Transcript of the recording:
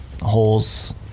holes